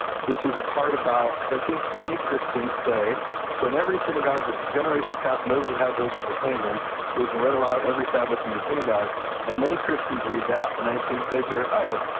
which is a part about, cause i think many christians say for in every synagogue for generations past moses had those who proclaim him for he's been read aloud every sabbath in the synagogues and many christians read that and i think they hear, oh,